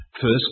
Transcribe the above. First